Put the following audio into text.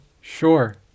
Sure